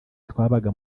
twabaga